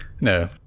No